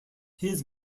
his